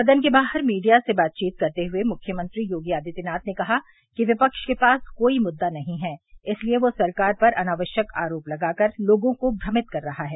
सदन के बाहर मीडिया से बातचीत कस्ते हुए मुख्यमंत्री योगी आदित्यनाथ ने कहा कि विप्त के पास कोई मुद्दा नहीं है इसलिए वह सरकार पर अनावश्यक आरोप लगाकर लोगों को भ्रमित कर रहा है